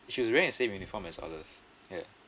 she was wearing the same uniform as others yeah